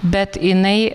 bet jinai